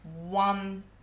one